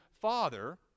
Father